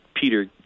Peter